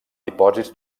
dipòsits